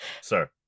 sir